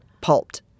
pulped